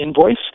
invoice